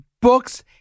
books